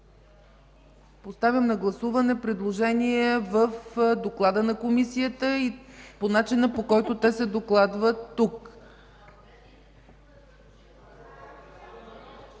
Поставям на гласуване предложение в доклада на Комисията по начина, по който то се докладва тук.